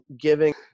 giving